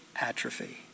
atrophy